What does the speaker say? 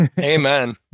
Amen